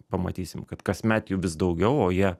pamatysim kad kasmet jų vis daugiau o jie